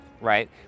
right